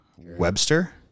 Webster